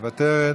מוותרת,